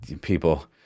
people